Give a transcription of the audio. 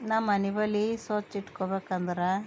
ನಮ್ಮನೆ ಬಳಿ ಸ್ವಚ್ಛ ಇಟ್ಕೋಬೇಕಂದ್ರೆ